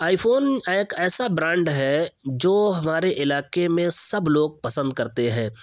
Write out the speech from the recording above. آئی phone ایک ایسا brand ہے جو ہمارے علاقے میں سب لوگ پسند کرتے ہیں